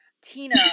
Tina